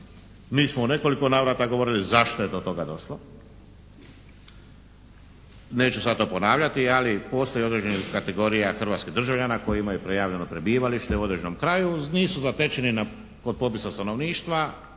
Mi smo u nekoliko navrata govorili zašto je do toga došlo. Neću sad to ponavljati, ali postoji određenih kategorija hrvatskih državljana kojima je prijavljeno prebivalište u određenom kraju, nisu zatečeni kod popisa stanovništva,